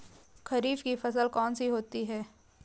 खरीफ की फसल कौन सी है?